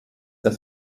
der